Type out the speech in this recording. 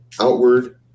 outward